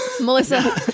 Melissa